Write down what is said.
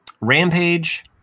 Rampage